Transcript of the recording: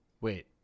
Wait